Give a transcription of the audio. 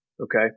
Okay